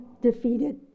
defeated